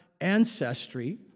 ancestry